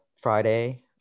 Friday